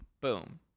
Boom